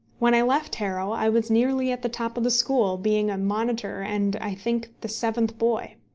when i left harrow i was nearly at the top of the school, being a monitor, and, i think, the seventh boy.